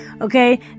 Okay